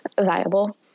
viable